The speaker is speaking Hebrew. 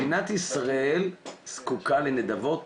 מדינת ישראל זקוקה לנדבות?